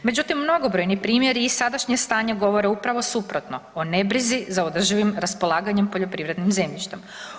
Međutim mnogobrojni primjeri i sadašnje stanje govore upravo suprotno, o nebrizi za održivim raspolaganjem poljoprivrednim zemljištem.